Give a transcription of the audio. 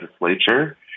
legislature